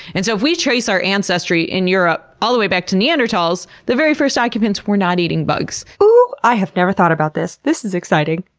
and so if we trace our ancestry in europe all the way back to neanderthals, the very first occupants were not eating bugs. ooh! i have never thought about this! this is exciting.